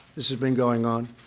this has been going on.